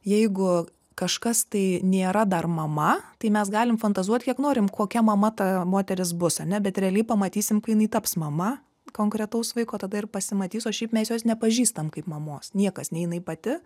jeigu kažkas tai nėra dar mama tai mes galim fantazuot kiek norim kokia mama ta moteris bus ar ne bet realiai pamatysim kai jinai taps mama konkretaus vaiko tada ir pasimatys o šiaip mes jos nepažįstam kaip mamos niekas nei jinai pati